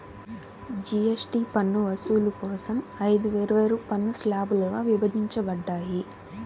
GST పన్ను వసూలు కోసం ఐదు వేర్వేరు పన్ను స్లాబ్లుగా విభజించబడ్డాయి